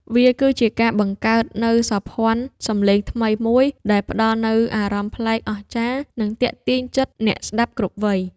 វាគឺជាការបង្កើតនូវសោភ័ណសំឡេងថ្មីមួយ ដែលផ្ដល់នូវអារម្មណ៍ប្លែកអស្ចារ្យ និងទាក់ទាញចិត្តអ្នកស្ដាប់គ្រប់វ័យ។